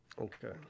okay